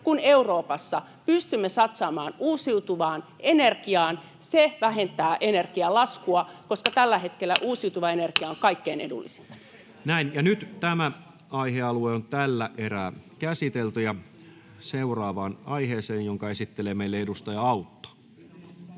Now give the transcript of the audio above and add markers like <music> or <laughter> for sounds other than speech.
kuin Euroopassa pystymme satsaamaan uusiutuvaan energiaan, vähentää energialaskua, <noise> koska tällä hetkellä uusiutuva energia on kaikkein edullisinta. Seuraavaan aiheeseen, jonka esittelee meille edustaja Autto.